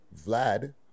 Vlad